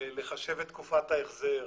לחשב את תקופת ההחזר,